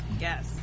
yes